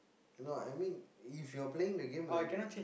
no I mean if you're playing the game already